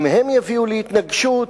אם הם יביאו להתנגשות,